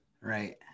Right